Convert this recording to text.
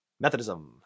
Methodism